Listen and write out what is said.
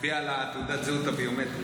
נצביע על תעודת הזהות הביומטרית.